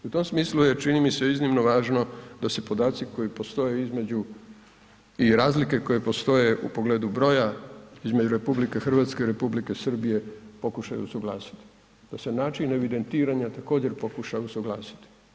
U tom smislu je čini mi se iznimno važno, da su podaci, koji postoje između i razlike koje postoje u pogledu broja između RH i Republike Srbije pokušaju usuglasiti, da se način evidentiranja, također pokušava usuglasiti.